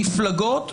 מפלגות,